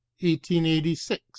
1886